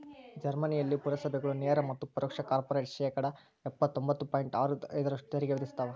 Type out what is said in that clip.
ಜರ್ಮನಿಯಲ್ಲಿ ಪುರಸಭೆಗಳು ನೇರ ಮತ್ತು ಪರೋಕ್ಷ ಕಾರ್ಪೊರೇಟ್ ಶೇಕಡಾ ಇಪ್ಪತ್ತೊಂಬತ್ತು ಪಾಯಿಂಟ್ ಆರು ಐದರಷ್ಟು ತೆರಿಗೆ ವಿಧಿಸ್ತವ